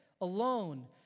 alone